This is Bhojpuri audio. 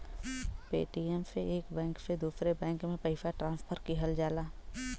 पेटीएम से एक बैंक से दूसरे बैंक में पइसा ट्रांसफर किहल जाला